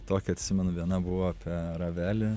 tokia atsimenu viena buvo apie ravelį